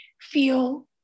feel